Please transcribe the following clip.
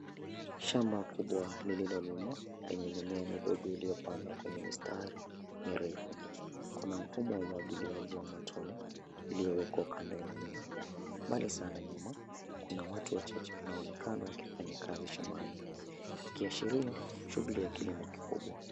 Shamba kubwa lililolimwa yenye mimea midogo iliyopandwa kwenye mistari mirefu. Kuna mfumo wa umwagiliaji wa matone uliowekwa kando ya mimea. Mbali sana nyuma kuna watu wachache wanaoonekana wakifanya kazi shambani ikiashiria shughuli ya kilimo kikubwa.